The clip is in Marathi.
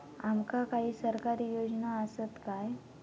आमका काही सरकारी योजना आसत काय?